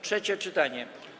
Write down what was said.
Trzecie czytanie.